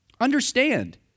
Understand